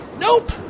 Nope